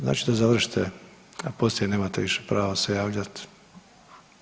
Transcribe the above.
Znači da završite, a poslije nemate više pravo se javljati.